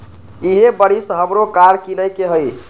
इहे बरिस हमरो कार किनए के हइ